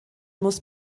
muss